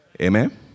Amen